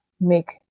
make